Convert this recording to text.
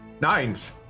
Nines